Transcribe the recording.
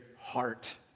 heart